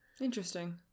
Interesting